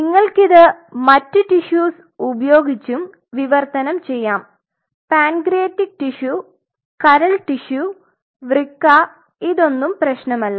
നിങ്ങൾക്കു ഇത് മറ്റ് ടിഷ്യുസ് ഉപയോഗിച്ചും വിവർത്തനം ചെയ്യാം പാൻക്രിയാറ്റിക് ടിഷ്യു കരൾ ടിഷ്യു വൃക്ക ഇതൊന്നും പ്രശ്നമല്ല